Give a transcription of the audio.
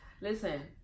Listen